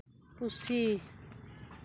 ᱯᱩᱥᱤ